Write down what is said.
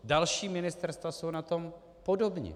Další ministerstva jsou na tom podobně.